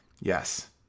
Yes